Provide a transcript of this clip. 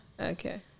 Okay